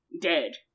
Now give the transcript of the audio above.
Dead